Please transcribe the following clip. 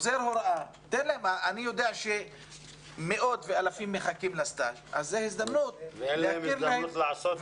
אני יודע שמאות ואלפים מחכים להתמחות ואין להם הזדמנות לעשות אותה.